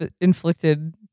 inflicted